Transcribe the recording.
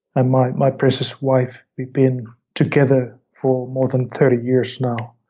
ah my my precious wife, we've been together for more than thirty years now.